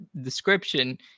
description